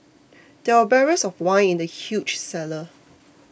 there were barrels of wine in the huge cellar